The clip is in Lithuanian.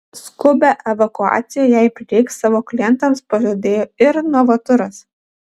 skubią evakuaciją jei prireiks savo klientams pažadėjo ir novaturas